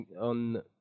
on